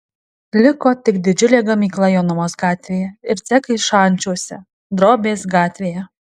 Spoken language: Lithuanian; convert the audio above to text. liko tik didžiulė gamykla jonavos gatvėje ir cechai šančiuose drobės gatvėje